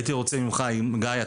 גיא,